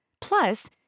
Plus